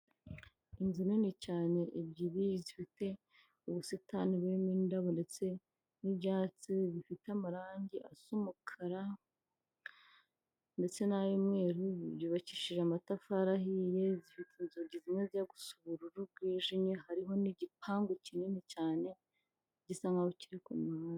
Inzu nini cyane ebyiri zifite ubusitani burimo indabo ndetse n'ibyatsi bifite amarangi asa umukara ndetse n'ay'umweru, byubakishije amatafari ahiye zifite inzugi zimwe zijya gusa ubururu bwijimye, hariho n'igipangu kinini cyane gisa nkaho kiri ku muhanda.